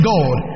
God